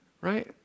right